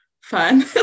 fun